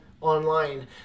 online